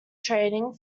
training